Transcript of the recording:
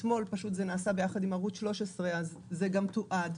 אתמול זה נעשה ביחד עם ערוץ 13, אז זה גם תועד.